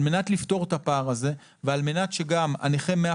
על מנת לפתור את הפער הזה ועל מנת שגם נכי 100